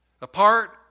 Apart